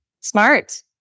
smart